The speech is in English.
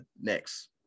next